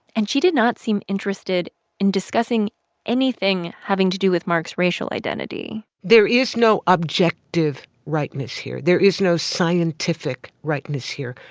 and she did not seem interested in discussing anything having to do with mark's racial identity there is no objective rightness here. there is no scientific rightness here.